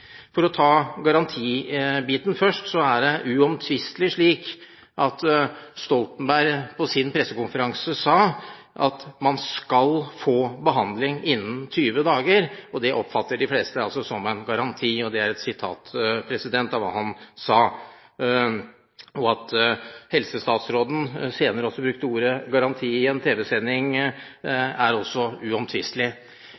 For å ta garantibiten først: Der er det uomtvistelig slik at Stoltenberg på sin pressekonferanse sa at man skal få behandling «innen 20 dager» – dette er et sitat – og det oppfatter de fleste som en garanti. At helsestatsråden også brukte ordet «garanti» i en tv-sending, er også uomtvistelig. De har gjentatte ganger sagt at det ikke er noen garanti.